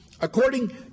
According